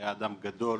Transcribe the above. היה אדם גדול,